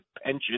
pension